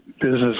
business